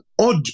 odd